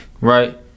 right